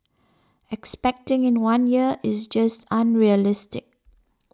expecting in one year is just unrealistic